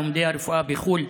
לומדי הרפואה בחו"ל,